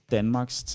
Danmarks